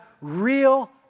real